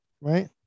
right